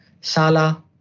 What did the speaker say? Salah